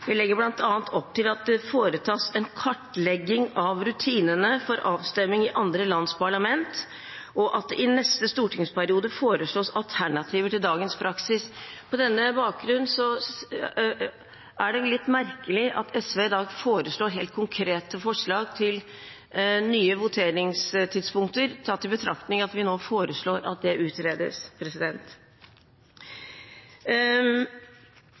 Vi legger bl.a. opp til at det foretas en kartlegging av rutinene for avstemming i andre lands parlament, og at det i neste stortingsperiode foreslås alternativer til dagens praksis. På denne bakgrunn er det litt merkelig at SV i dag fremmer helt konkrete forslag til nye voteringstidspunkter, tatt i betraktning at vi nå foreslår at det utredes.